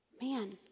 Man